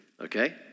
okay